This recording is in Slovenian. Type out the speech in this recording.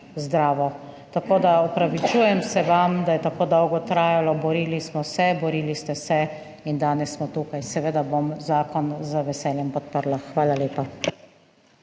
zdravo. Opravičujem se vam, da je tako dolgo trajalo, borili smo se, borili ste se in danes smo tukaj. Seveda bom zakon z veseljem podprla. Hvala lepa.